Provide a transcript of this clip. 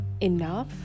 enough